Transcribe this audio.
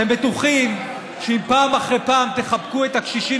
אתם בטוחים שאם פעם אחר פעם תחבקו את הקשישים